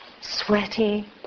sweaty